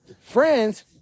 Friends